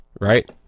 right